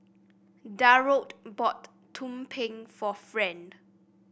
Darold bought tumpeng for Friend